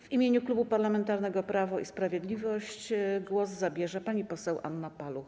W imieniu Klubu Parlamentarnego Prawo i Sprawiedliwość głos zabierze pani poseł Anna Paluch.